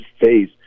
face